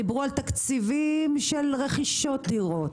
דיברו על תקציבים של רכישות דירות.